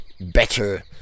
better